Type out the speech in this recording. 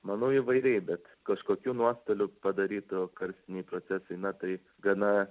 manau įvairiai bet kažkokių nuostolių padarytų karstiniai procesai na tai gana